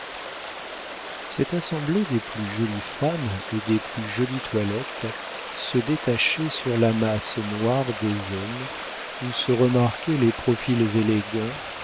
cette assemblée des plus jolies femmes et des plus jolies toilettes se détachait sur la masse noire des hommes où se remarquaient les profils élégants